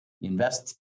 Invest